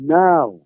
now